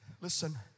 listen